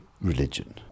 religion